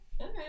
Okay